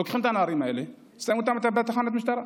לוקחים את הנערים האלה ושמים אותם בתחנת המשטרה.